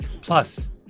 Plus